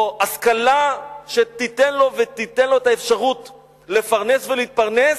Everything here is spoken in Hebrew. או השכלה שתיתן לו ותיתן לו את האפשרות לפרנס ולהתפרנס.